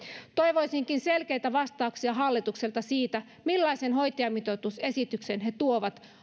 toivoisinkin selkeitä vastauksia hallitukselta siitä millaisen hoitajamitoitusesityksen he tuovat